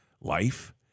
life